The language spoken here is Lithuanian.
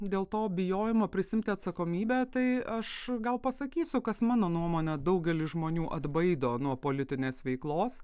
dėl to bijojimo prisiimti atsakomybę tai aš gal pasakysiu kas mano nuomone daugelį žmonių atbaido nuo politinės veiklos